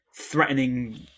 threatening